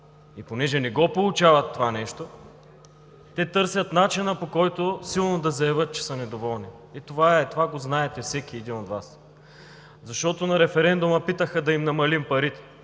Понеже не получават това нещо, те търсят начин, по който силно да заявят, че са недоволни – и това е! Това знае всеки един от Вас, защото на референдума питаха: да им намалим ли парите?